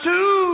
Two